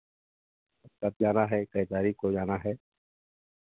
कब जाना है कै तारीख को जाना है